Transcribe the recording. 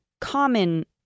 common